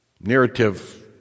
narrative